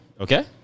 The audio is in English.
Okay